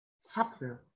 subtle